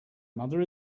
mother